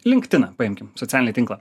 linktiną paimkim socialinį tinklą